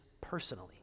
personally